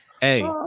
hey